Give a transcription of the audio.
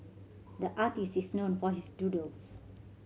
the is known for his doodles